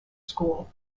school